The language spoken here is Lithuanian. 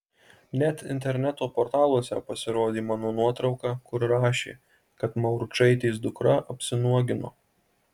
net interneto portaluose pasirodė mano nuotrauka kur rašė kad mauručaitės dukra apsinuogino